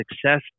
success